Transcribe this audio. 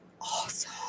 awesome